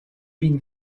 been